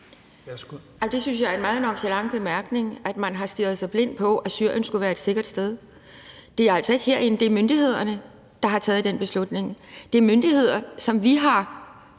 Det synes jeg er en meget nonchalant bemærkning, at man har stirret sig blind på, at Syrien skulle være et sikkert sted. Det er altså ikke os herinde, men myndighederne, der har taget den beslutning. Det er myndigheder, som vi her